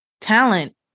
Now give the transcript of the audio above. talent